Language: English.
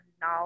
now